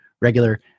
regular